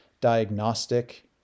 diagnostic